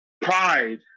pride